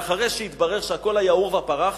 ואחרי שהתברר שהכול היה עורבא פרח,